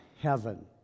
heaven